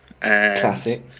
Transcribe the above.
Classic